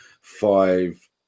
five